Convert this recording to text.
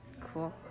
cool